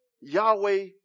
Yahweh